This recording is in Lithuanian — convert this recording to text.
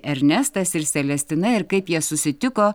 ernestas ir selestina ir kaip jie susitiko